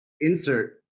insert